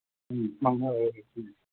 ꯎꯝ ꯃꯉꯥ